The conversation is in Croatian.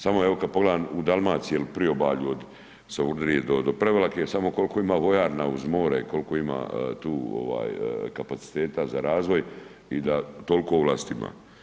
Samo evo, kada pogledam u Dalmaciji u priobalju od Savudrije do Prevlake, samo koliko ima vojarna uz more, koliko ima tu, kapaciteta za razvoj i da toliku ovlast ima.